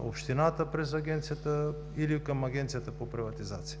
общината през Агенцията, или към Агенцията за приватизация.